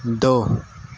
دو